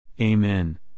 Amen